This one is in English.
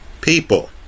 people